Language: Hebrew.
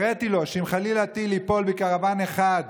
הראיתי לו שאם חלילה טיל ייפול בקרוון אחד,